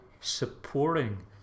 supporting